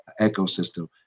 ecosystem